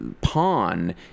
pawn